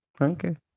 Okay